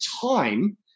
time